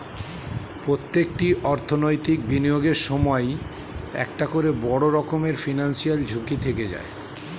প্রত্যেকটি অর্থনৈতিক বিনিয়োগের সময়ই একটা করে বড় রকমের ফিনান্সিয়াল ঝুঁকি থেকে যায়